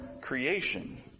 creation